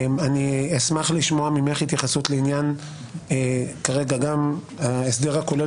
אני אשמח לשמוע ממך התייחסות לעניין ההסדר הכולל